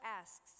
asks